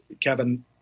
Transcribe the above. Kevin